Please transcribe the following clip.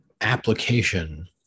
application